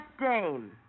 dame